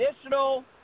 additional